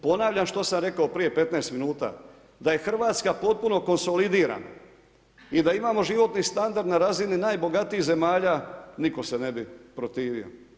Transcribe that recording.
Ponavljam što sam rekao prije 15 minuta, da je RH potpuno konsolidirana i da imamo životni standard na razini najbogatijih zemalja nitko se ne bi protivio.